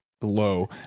Low